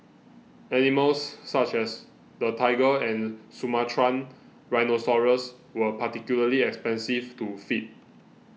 animals such as the tiger and Sumatran rhinoceros were particularly expensive to feed